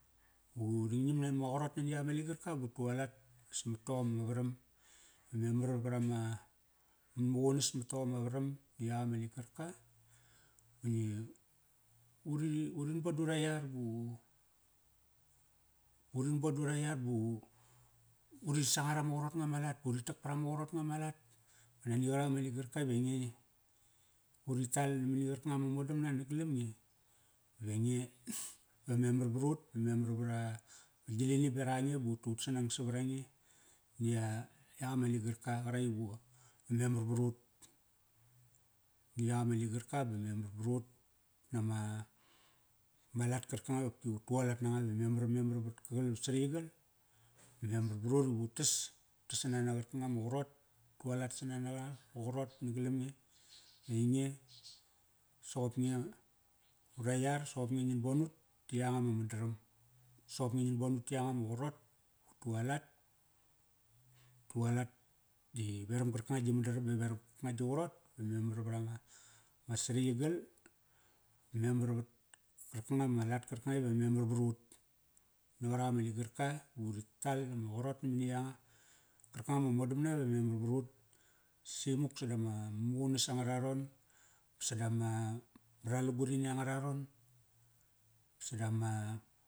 Ba uring ngiam nama qarot nani amaligarka ba ut tualat samat tomama varam. Be memar vara ma manmaqunas mat tom ama varam. Di yak ama ligarka ba ngi, uri, urin bodu ra yar ba u, urin bodu ra yar ba u, uri sangar ama qarot nga ma lat ba uri tak parama qarot nga ma lat. Ba nani qarak ama ligarka ive nge uri tal mani qarkanga ma modamna nagalam nge ve nge va memar ura ma gilini berak ange ba ut tu ut sanang savar ange. Ni ya, yak ama ligarka qarak i vu, va memar varut. Ni yak ama ligarka ba memar varut nama, ma lat karkang i qopki ve ut tu alat nanga iva memar memar vat karkagal ut sariyigal ba memar varut ivu tas. Utas sana na qarkanga ama qarot, ut tualat sanan nara, ma qarot na galam nge. I ainge soqop nge ura yar, soqop nge ngin bon ut ti yanga ma mandaram. Soqop nge ngin bon ut ti yanga ma qarot, ut tualat, taulat di veram garkanga gi madaram ba veram qarkanga gi qarot. Di memar vra nga, ma sariyigal memar vat kanrkanga ma lat karkanga i ve memar varut. Na qarak ama ligarka, i uri tal ama qarot namani yanga karkanga ma modamna ive memar varut si muk sada ma mamaqunas anga raron ba sada ma, ngaralugur i ni anga raron. Ba sada ma.